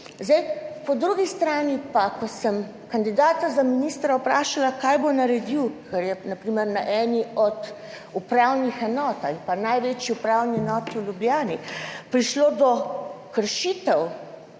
po drugi strani pa, ko sem kandidata za ministra vprašala, kaj bo naredil, ker je na primer na eni od upravnih enot ali pa največji upravni enoti v Ljubljani prišlo do kršitev